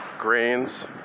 grains